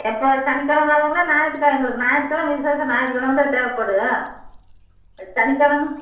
எப்போ சனிக் கெழம வரவங்களா ஞாயிற்றுக் கெழமங்களுக்கு ஞாயிற்றுக் கெழமை விசேஷம் ஞாயிற்றுக் கெழமதான் தேவைப்படும் அது சனிக் கெழம